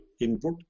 input